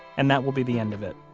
and that will be the end of it.